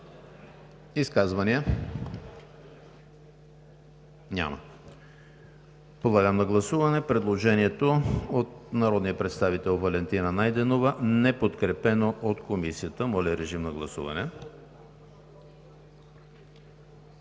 Изказвания? Няма. Подлагам на гласуване предложението от народния представител Валентина Найденова, неподкрепено от Комисията. Гласували